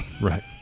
Right